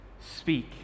speak